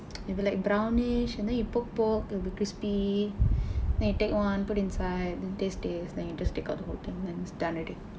it'll be like brownish and then you poke poke it'll be crispy then you take one put inside then taste taste then you just take out the whole thing then it's done already